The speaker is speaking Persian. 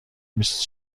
نیست